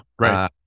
right